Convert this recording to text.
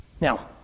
Now